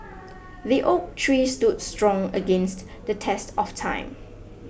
the oak tree stood strong against the test of time